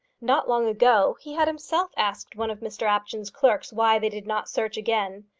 not long ago he had himself asked one of mr apjohn's clerks why they did not search again.